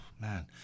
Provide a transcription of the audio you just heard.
man